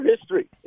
history